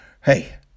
hey